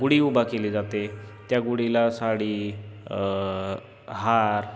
गुढी उभी केली जाते त्या गुढीला साडी हार